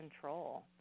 control